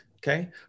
Okay